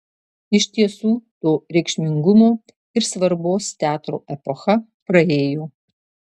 iš tiesų to reikšmingumo ir svarbos teatro epocha praėjo